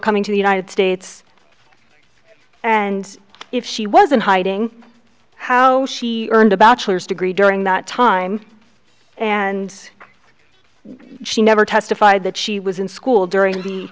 coming to the united states and if she was in hiding how she earned a bachelor's degree during that time and she never testified that she was in school during the